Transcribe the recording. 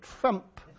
Trump